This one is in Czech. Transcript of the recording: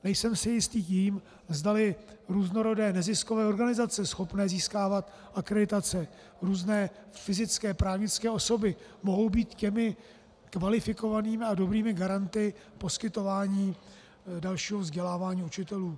Nejsem si jist tím, zdali různorodé neziskové organizace schopné získávat akreditace, různé fyzické, právnické osoby mohou být těmi kvalifikovanými a dobrými garanty poskytováni dalšího vzdělávání učitelů.